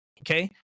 Okay